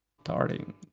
starting